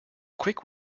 quick